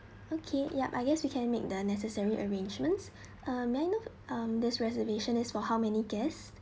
okay yap I guess we can make the necessary arrangements um may i know um this reservation is for how many guest